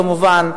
כמובן,